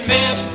Miss